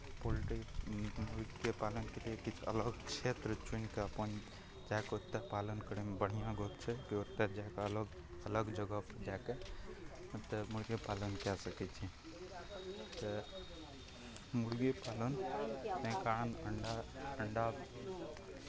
poultry मुर्गीके पालनके लिए किछु अलग क्षेत्र चुनि कऽ अपन चाहे कतय पालन करयमे बढ़िआँ गप्प छै कि ओतय जा कऽ लोक अलग जगहपर जा कऽ ओतय मुर्गी पालन कए सकै छी तऽ मुर्गी पालनके कारण अण्डा अण्डा